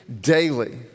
daily